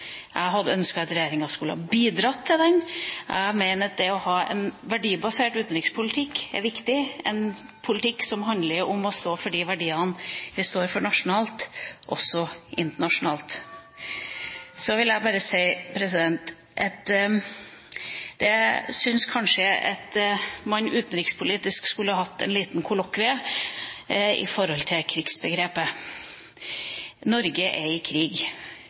Jeg hadde ønsket at regjeringa hadde bidratt til den. Jeg mener at det å ha en verdibasert utenrikspolitikk er viktig – en politikk som handler om å stå for de verdiene vi står for nasjonalt, også internasjonalt. Så vil jeg bare si at jeg syns kanskje at man utenrikspolitisk skulle hatt et lite kollokvium med hensyn til krigsbegrepet. Norge er i krig